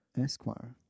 Esquire